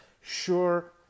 sure